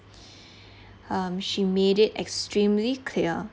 um she made it extremely clear